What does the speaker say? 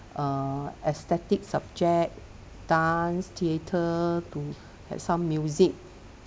err aesthetic subject dance theatre to have some music